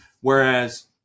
Whereas